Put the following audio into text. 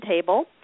table